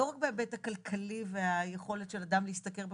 לא רק בהיבט הכלכלי והיכולת של אדם להשתכר בכבוד,